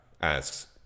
asks